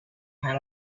had